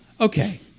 okay